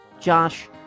Josh